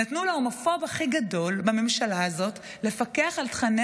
נתנו להומופוב הכי גדול בממשלה הזאת לפקח על תוכני